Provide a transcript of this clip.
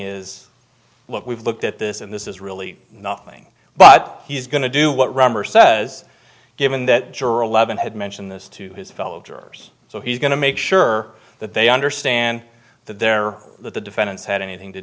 look we've looked at this and this is really nothing but he's going to do what romber says given that juror eleven had mentioned this to his fellow jurors so he's going to make sure that they understand that there are the defendants had anything to